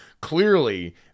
clearly